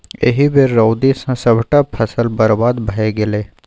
एहि बेर रौदी सँ सभटा फसल बरबाद भए गेलै